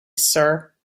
sir